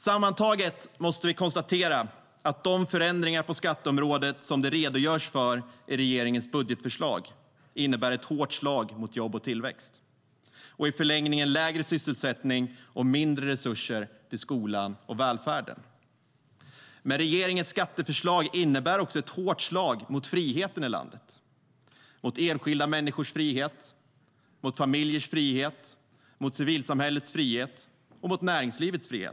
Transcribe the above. Sammantaget måste vi konstatera att de förändringar på skatteområdet som det redogörs för i regeringens budgetförslag innebär ett hårt slag mot jobb och tillväxt, och i förlängningen lägre sysselsättning och mindre resurser till skolan och välfärden. Men regeringens skatteförslag innebär också ett hårt slag mot friheten i landet, mot enskilda människors frihet, mot familjers frihet, mot civilsamhällets frihet och mot näringslivets frihet.